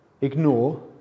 ignore